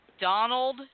Donald